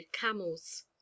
camels